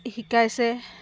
শিকাইছে